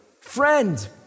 friend